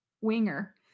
winger